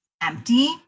empty